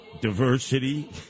diversity